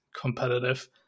competitive